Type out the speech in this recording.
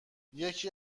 یکی